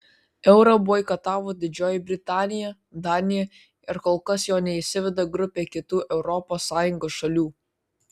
eurą boikotavo didžioji britanija danija ir kol kas jo neįsiveda grupė kitų europos sąjungos šalių